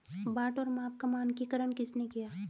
बाट और माप का मानकीकरण किसने किया?